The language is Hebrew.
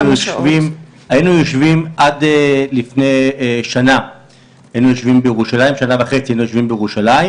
היינו יושבים עד לפני שנה וחצי בירושלים